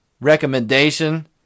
recommendation